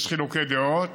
יש חילוקי דעות